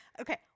okay